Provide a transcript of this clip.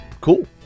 Cool